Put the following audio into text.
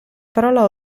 parola